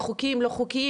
בין אם חוקיים או לא חוקיים,